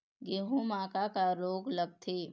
गेहूं म का का रोग लगथे?